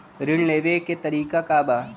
ऋण लेवे के तरीका का बा?